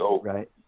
right